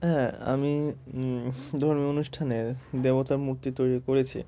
হ্যাঁ আমি উম ধর্মীয় অনুষ্ঠানে দেবতার মূর্তি তৈরি করেছি